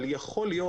אבל יכול להיות.